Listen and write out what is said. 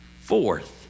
fourth